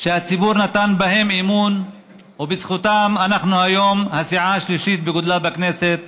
שהציבור נתן בהם אמון ובזכותם אנחנו הסיעה השלישית בגודלה בכנסת